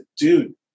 dude